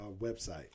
website